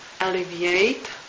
alleviate